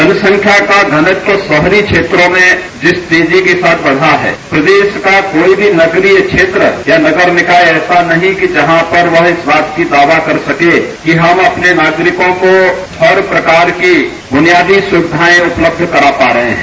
जनसंख्या का धनत्व शहरी क्षेत्रों में जिस तेजी के साथ बढ़ रहा है प्रदेश का कोई भी नगरीय क्षेत्र या नगर निकाय ऐसा नहीं है कि जहां पर वह इस बात का दावा कर सके कि हम अपने नागरिकों को हर प्रकार की बुनियादी सुविधाएं उपलब्ध करा रहे हैं